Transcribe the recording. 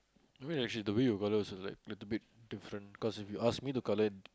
I mean like she's the way you colour also like a bit different because if you ask me the colour